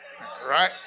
Right